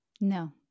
no